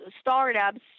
startups